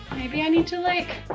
maybe i need to like,